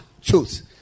choose